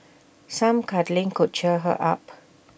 some cuddling could cheer her up